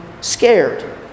scared